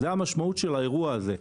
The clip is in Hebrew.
זאת המשמעות של האירוע הזה.